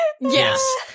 yes